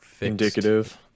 indicative